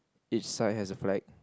each side has a flag